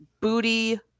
booty